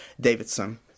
Davidson